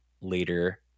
later